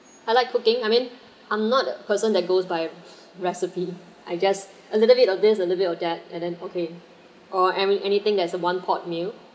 I like cooking I mean I'm not a person that goes by recipe I just a little bit of this a little bit of that and then okay or I mean anything that's a one pot meal